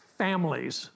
families